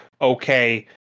okay